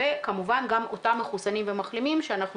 וכמובן גם אותם מחוסנים ומחלימים שאנחנו